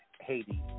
Haiti